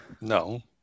no